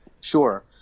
Sure